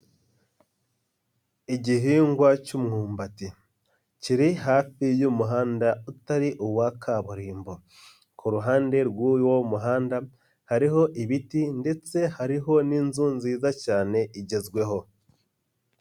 Igihingwa cy'umwumbati, kiri hafi y'umuhanda utari uwa kaburimbo, ku ruhande rw'uwo muhanda hariho ibiti ndetse hariho n'inzu nziza cyane igezweho.